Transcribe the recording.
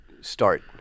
start